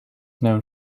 known